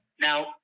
Now